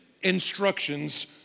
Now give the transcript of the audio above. instructions